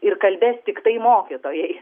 ir kalbės tiktai mokytojai